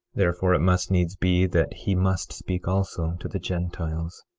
therefore it must needs be that he must speak also to the gentiles.